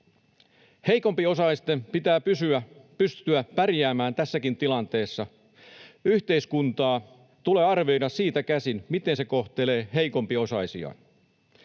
Heikompiosaisten pitää pystyä pärjäämään tässäkin tilanteessa. Yhteiskuntaa tulee arvioida siitä käsin, miten se kohtelee heikompiosaisiaan.